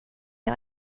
jag